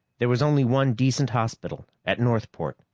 there was only one decent hospital at northport,